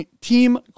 Team